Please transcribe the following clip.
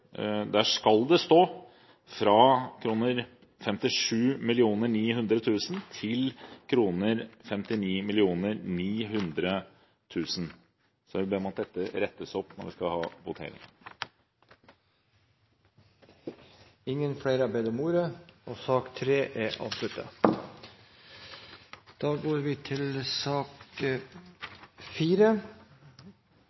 Der skal det stå «fra kr 57 900 000 til kr 59 900 000». Jeg vil be om at dette rettes opp når vi skal ha votering. Flere har ikke bedt om ordet til sak nr. 3. Ingen har bedt om ordet. Da er vi nesten klar til